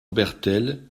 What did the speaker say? bertel